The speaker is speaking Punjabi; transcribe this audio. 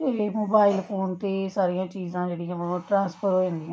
ਇਕੱਲੇ ਮੋਬਾਈਲ ਫੋਨ 'ਤੇ ਸਾਰੀਆਂ ਚੀਜ਼ਾਂ ਜਿਹੜੀਆਂ ਵਾ ਉਹ ਟਰਾਂਸਫਰ ਹੋ ਜਾਂਦੀਆਂ